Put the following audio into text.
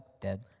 dead